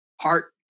heart